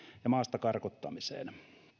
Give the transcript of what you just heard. ja maasta karkottamiseen